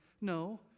No